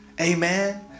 Amen